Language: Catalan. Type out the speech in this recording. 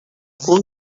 cul